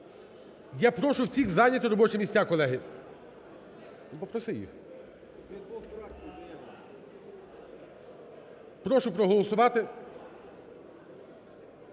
Я прошу всіх зайняти робочі місця, колеги. . Прошу проголосувати.